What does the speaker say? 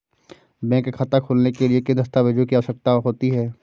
Bank खाता खोलने के लिए किन दस्तावेजों की आवश्यकता होती है?